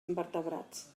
invertebrats